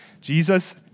Jesus